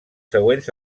següents